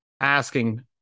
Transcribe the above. asking